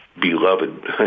beloved